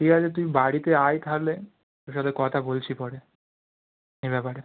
ঠিক আছে তুই বাড়িতে আয় তাহলে তোর সাথে কথা বলছি পরে এই ব্যাপারে